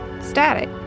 Static